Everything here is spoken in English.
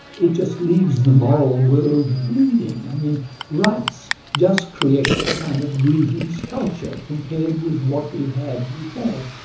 it just leaves the moral world bleeding. i mean rights just creates a kind of grieving so culture compared with what we had before,